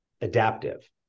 adaptive